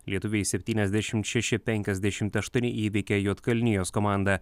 lietuviai septyniasdešimt šeši penkiasdešimt aštuoni įveikė juodkalnijos komandą